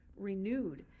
renewed